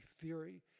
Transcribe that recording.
theory